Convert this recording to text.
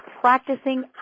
practicing